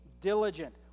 diligent